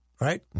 right